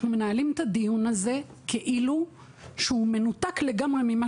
אנחנו מנהלים את הדיון הזה כאילו שהוא מנותק לגמרי ממה